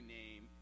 name